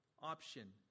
option